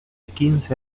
quince